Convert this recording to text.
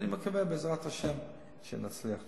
אני מקווה, בעזרת השם, שנצליח.